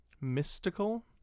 Mystical